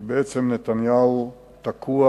כי נתניהו תקוע.